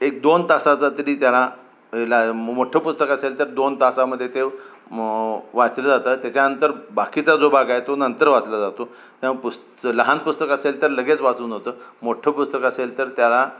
एक दोन तासाचा तरी त्याला मोठ्ठं पुस्तकं असेल तर दोन तासामध्ये ते म वाचलं जातं त्याच्यानंतर बाकीचा जो भाग आहे तो नंतर वाचला जातो तेव्हा पुस्तक लहान पुस्तक असेल तर लगेच वाचून होतं मोठ्ठं पुस्तक असेल तर त्याला